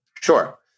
Sure